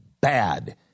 bad